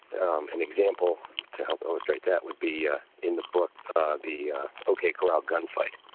and um an example to help illustrate that will be ah in the book, ah the o k. corral gunfight.